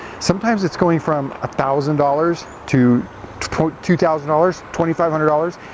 sometimes it's going from a thousand dollars to two thousand dollars, twenty five hundred dollars,